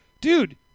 dude